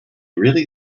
really